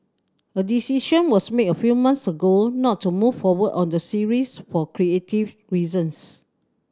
a decision was made a few months ago not to move forward on the series for creative reasons